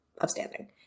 upstanding